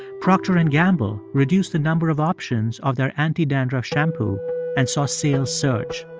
procter and gamble reduced the number of options of their anti-dandruff shampoo and saw sales surge.